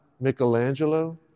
Michelangelo